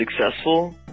successful